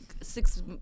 six